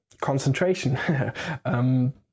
concentration